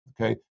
okay